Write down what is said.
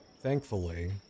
Thankfully